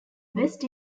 best